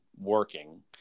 working